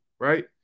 right